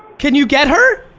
can you get her?